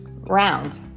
round